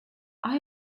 are